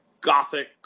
gothic